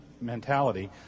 mentality